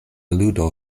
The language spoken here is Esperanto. ludo